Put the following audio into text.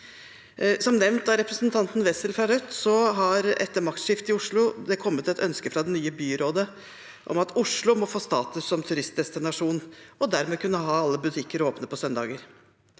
Som nevnt av representanten Wessel fra Rødt har det etter maktskiftet i Oslo kommet et ønske fra det nye byrådet om at Oslo må få status som turistdestinasjon, og dermed kunne ha alle butikker åpne på søndager.